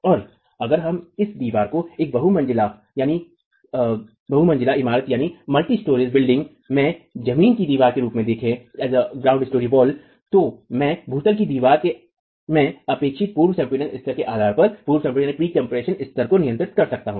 तो अगर हम इस दीवार को एक बहुमंजिला इमारत में जमीन की दीवार के रूप में देखते हैं तो मैं भूतल की दीवार में अपेक्षित पूर्व संपीडन स्तर के आधार पर पूर्व संपीडन स्तर को नियंत्रित कर सकता हूं